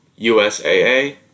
USAA